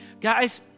Guys